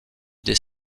des